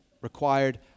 required